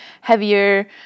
heavier